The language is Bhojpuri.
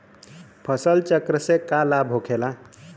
फसल चक्र से का लाभ होखेला?